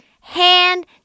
hand